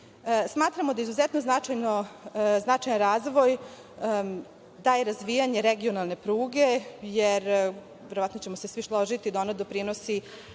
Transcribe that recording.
saradnje. Smatramo da je izuzetno značajan razvoj, to razvijanje regionalne pruge, jer verovatno ćemo se svi složiti da ona doprinosi